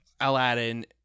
Aladdin